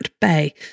bay